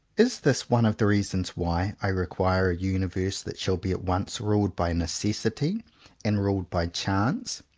is this one of the reasons why i require a universe that shall be at once ruled by necessity and ruled by chance?